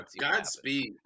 Godspeed